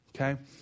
okay